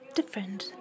different